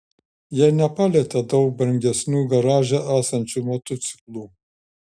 jie nepalietė daug brangesnių garaže esančių motociklų